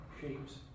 shapes